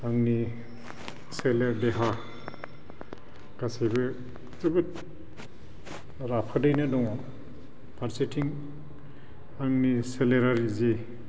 आंनि सोलेर देहा गासैबो जोबोद राफोदैनो दङ फारसेथिं आंनि सोलेरारि जि